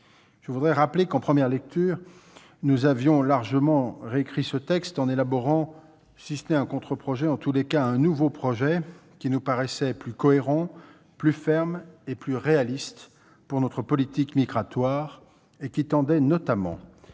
Je tiens à rappeler que, en première lecture, nous avions largement réécrit ce texte en élaborant, si ce n'est un contre-projet, en tout cas un nouveau projet qui nous paraissait plus cohérent, plus ferme et plus réaliste pour notre politique migratoire. Ce texte tendait notamment